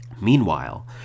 Meanwhile